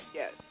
yes